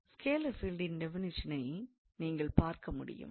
scalar பீல்டின் டெபினிஷனை நீங்கள் பார்க்க முடியும்